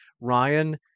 Ryan